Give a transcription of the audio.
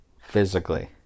physically